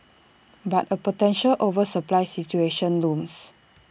but A potential oversupply situation looms